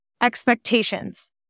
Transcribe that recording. expectations